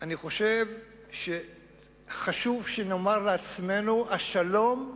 אני חושב שחשוב שנאמר לעצמנו: השלום,